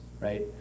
right